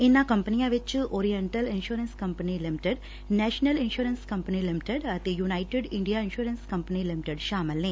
ਇਨਾਂ ਕੰਪਨੀਆਂ ਵਿਚ oriental insurance company limited national insurance company limited ਅਤੇ united India insurance company limited ਸ਼ਾਮਲ ਨੇ